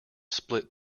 split